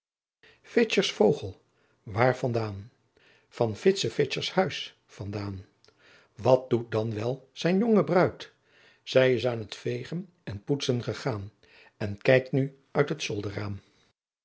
fitscher's vogel waar vandaan van fitse fitscher's huis van daan wat doet dan wel zijn jonge bruid zij is aan t vegen en poetsen gegaan en kijkt nu uit het zolderraam